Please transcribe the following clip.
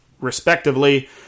respectively